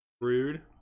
Rude